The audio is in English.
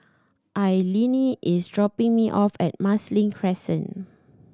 Alline is dropping me off at Marsiling Crescent